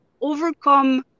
overcome